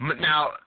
Now